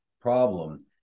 problem